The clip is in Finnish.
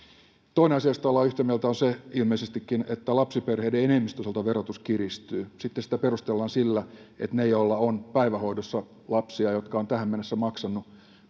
asia josta olemme yhtä mieltä on se ilmeisestikin että lapsiperheiden enemmistön osalta verotus kiristyy sitä perustellaan sillä että ne joilla on päivähoidossa lapsia ja jotka ovat tähän mennessä maksaneet